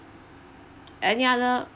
any other